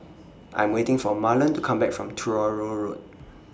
I'm waiting For Marlon to Come Back from Truro Road